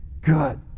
Good